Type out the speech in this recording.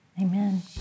Amen